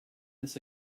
this